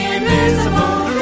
Invisible